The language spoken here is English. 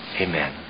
amen